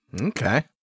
Okay